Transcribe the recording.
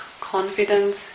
confidence